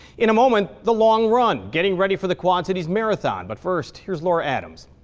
in a moment, the long run. getting ready for the quad cities marathon. but, first, here's laura adams,